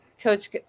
Coach